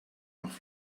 nach